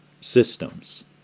systems